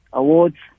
awards